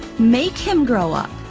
make him grow up.